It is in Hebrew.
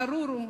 הארור ההוא,